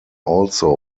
also